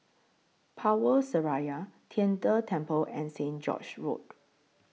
Power Seraya Tian De Temple and St George's Road